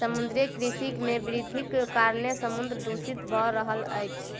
समुद्रीय कृषि मे वृद्धिक कारणेँ समुद्र दूषित भ रहल अछि